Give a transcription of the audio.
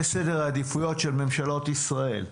זה סדר העדיפויות של ממשלות ישראל.